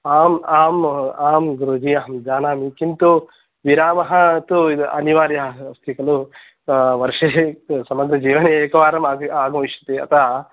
आम् आम् आम् गुरूजी अहं जानामि किन्तु विरामः तु अनिवार्यः अस्ति खलु वर्षे समग्रजीवने एकवारं आगच्छति अतः